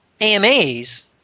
AMAs